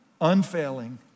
unfailing